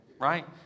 right